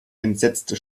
entsetzte